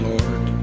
Lord